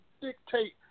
dictate